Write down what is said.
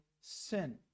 sin